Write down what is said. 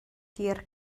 hir